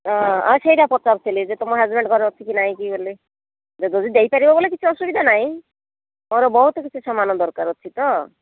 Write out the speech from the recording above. ହଁ ସେଇଟା ପଚାରୁଥିଲି ଯେ ତମ ହଜ୍ବ୍ୟାଣ୍ଡଙ୍କର ଅଛି କି ନାହିଁ କି ବୋଲେ ଯଦି ଦେଇ ପାରିବ ବୋଲେ କିଛି ଅସୁବିଧା ନାହିଁ ମୋର ବହୁତ କିଛି ସାମାନ ଦରକାର ଅଛି ତ